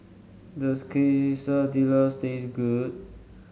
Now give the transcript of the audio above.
does Quesadillas taste good